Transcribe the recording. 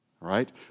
right